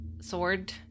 sword